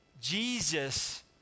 Jesus